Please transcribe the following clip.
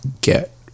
get